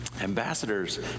Ambassadors